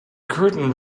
curtain